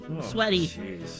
sweaty